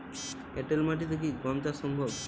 এঁটেল মাটিতে কি গম চাষ সম্ভব?